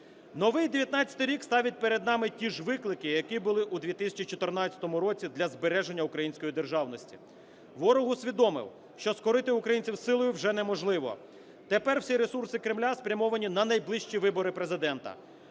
Новий 19-й рік ставить перед нами ті ж виклики, які були у 2014 році для збереження української державності. Ворог усвідомив, що скорити українців силою вже неможливо, тепер всі ресурси Кремля спрямовані на найближчі вибори Президента.